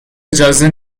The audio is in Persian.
اجازه